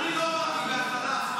אני לא אמרתי בהכללה אף פעם.